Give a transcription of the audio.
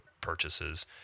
purchases